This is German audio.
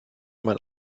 mein